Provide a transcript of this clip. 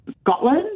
Scotland